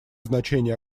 значение